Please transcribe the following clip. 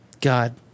God